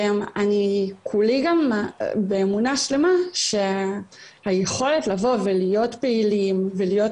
אני כולי גם באמונה שלימה שהיכולת לבוא ולהיות פעילים ולהיות